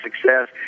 success